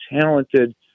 talented